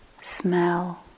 smell